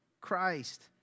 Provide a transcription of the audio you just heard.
Christ